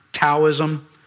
Taoism